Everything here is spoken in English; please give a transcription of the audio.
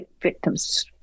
victims